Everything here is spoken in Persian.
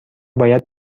باید